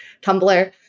Tumblr